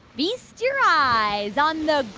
feast your eyes on the